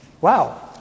wow